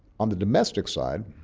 on the domestic side,